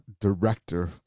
director